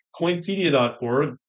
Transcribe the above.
Coinpedia.org